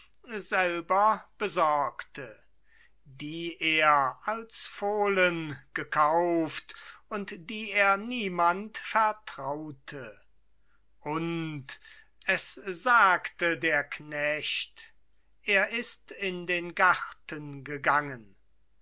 selber besorgte die er als fohlen gekauft und die er niemand vertraute und es sagte der knecht er ist in den garten gegangen